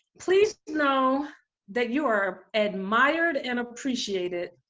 please know that you are admired and appreciated